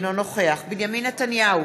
אינו נוכח בנימין נתניהו,